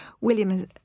William